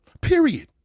Period